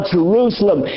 Jerusalem